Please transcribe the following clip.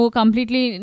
completely